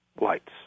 lights